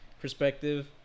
perspective